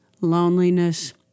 Loneliness